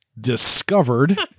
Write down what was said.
discovered